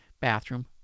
bathroom